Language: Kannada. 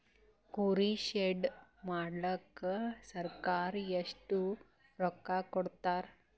ಕುರಿ ಶೆಡ್ ಮಾಡಕ ಸರ್ಕಾರ ಎಷ್ಟು ರೊಕ್ಕ ಕೊಡ್ತಾರ?